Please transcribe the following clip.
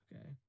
Okay